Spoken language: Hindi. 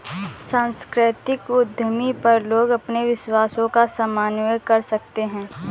सांस्कृतिक उद्यमी पर लोग अपने विश्वासों का समन्वय कर सकते है